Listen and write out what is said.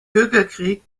bürgerkrieg